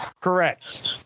Correct